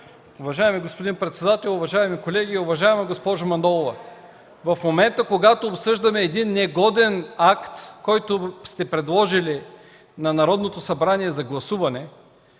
Уважаеми господин председател, уважаеми колеги! Уважаема госпожо Манолова, в момента, когато обсъждаме един негоден акт, който сте предложили на Народното събрание за гласуване,